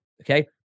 Okay